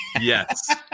Yes